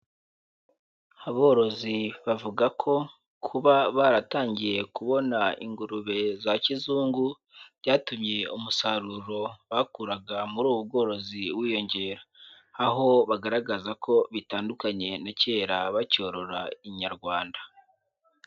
Aborozi bavuga ko kuba baratangiye kubona ingurube za kizungu, byatumye umusaruro bakuraga muri ubu bworozi wiyongera aho bagaragaza ko bitandukanye na kera bacyorora inyarwanda.